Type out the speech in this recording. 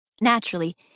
Naturally